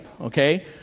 okay